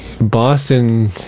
Boston